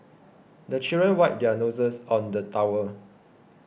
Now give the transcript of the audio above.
the children wipe their noses on the towel